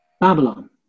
Babylon